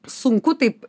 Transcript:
sunku taip